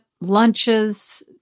lunches